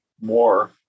more